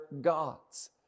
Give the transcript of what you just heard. gods